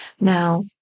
Now